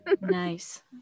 Nice